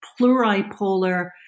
pluripolar